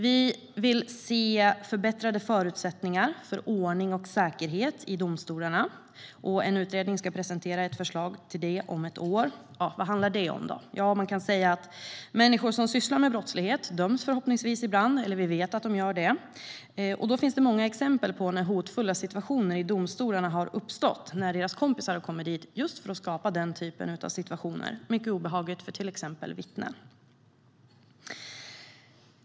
Vi vill se förbättrade förutsättningar för ordning och säkerhet i domstolarna. En utredning ska presentera ett förslag till det om ett år. Vad handlar det om? Jo, det är ju så att människor som sysslar med brottslighet döms ibland. Det finns många exempel på att det har uppstått hotfulla situationer när deras kompisar har kommit dit för att skapa just en sådan situation, vilket är mycket obehagligt för till exempel vittnen.